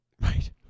right